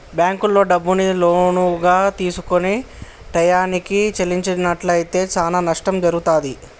బ్యేంకుల్లో డబ్బుని లోనుగా తీసుకొని టైయ్యానికి చెల్లించనట్లయితే చానా నష్టం జరుగుతాది